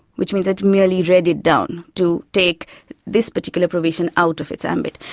which means it merely read it down to take this particular provision out of its ambit.